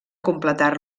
completar